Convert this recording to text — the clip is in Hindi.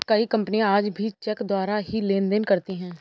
कई कपनियाँ आज भी चेक द्वारा ही लेन देन करती हैं